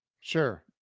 Sure